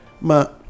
ma